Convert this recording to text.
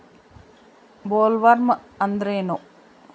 Bollworm ಅಂದ್ರೇನು?